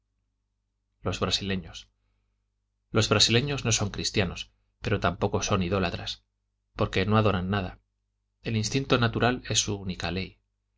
los brasileños los brasileños no son cristianos pero tampoco son idólatras porque no adoran nada el instinto natural es su única ley